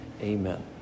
Amen